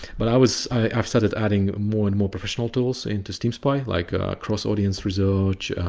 but i was, after started adding more and more professional tools, into steam spy, like cross audience research,